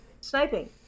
Sniping